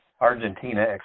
Argentina